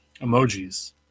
Emojis